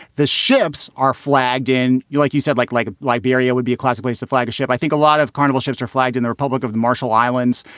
the ships are flagged in you, like you said, like like liberia would be a classic case, the flagship. i think a lot of carnival ships are flagged in the republic of the marshall islands.